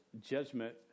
judgment